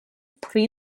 pri